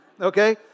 okay